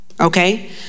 Okay